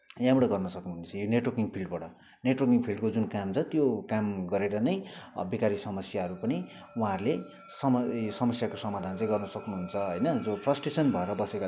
यहाँबाट गर्न सक्नुहुनेछ यो नेटवर्किङ फिल्डबड नेटवर्किङ फिल्डको जुन काम छ त्यो काम गरेर नै बेकारी समस्याहरू पनि उहाँहरूले सम ए समस्याको समाधान चाहिँ गर्न सक्नुहुन्छ होइन जो फ्रस्टेसन भएर बसेका छन्